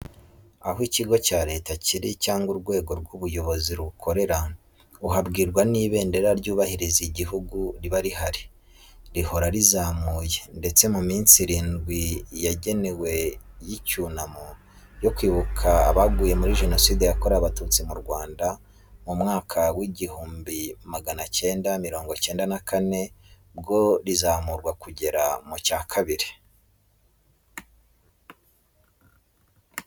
Aho ikigo cya Leta kiri cyangwa urwego rw'ubuyobozi rukorera, uzahabwirwa n'ibendera ryubahiriza igihugu riba rihari, rihora rizamuye, keretse mu minsi irindwi yagenwe y'icyunamo cyo kwibuka abaguye muri Jenoside yakorewe Abatutsi mu Rwanda, mu mwaka wa igihumbi magana cyenda mirongo cyenda na kane, bwo rizamurwa kugeza mu cya kabiri.